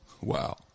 wow